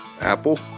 apple